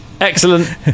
Excellent